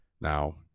Now